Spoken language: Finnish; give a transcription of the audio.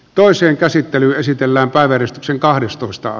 asian käsittely keskeytetään